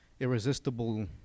irresistible